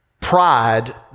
Pride